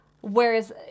whereas